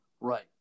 right